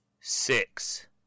six